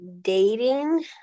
dating